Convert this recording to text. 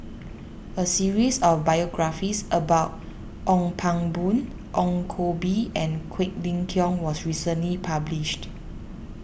a series of biographies about Ong Pang Boon Ong Koh Bee and Quek Ling Kiong was recently published